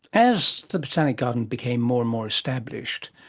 as the botanic garden became more and more established,